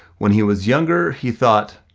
when he was younger, he thought,